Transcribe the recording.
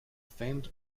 famed